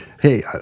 Hey